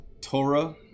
Torah